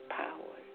power